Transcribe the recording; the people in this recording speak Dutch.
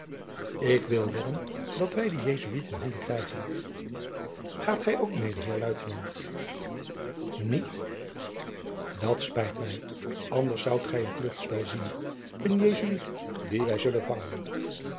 ik wil wedden dat wij dien jesuit in handen krijgen gaat gij ook mede heer luitenant niet dat spijt mij anders zoudt jacob van lennep de pleegzoon gij een kluchtspel zien een jesuit dien wij zullen vangen